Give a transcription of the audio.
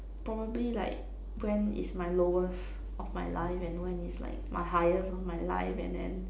probably like when is my lowest of my life and when is like my highest of my life and then